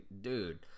dude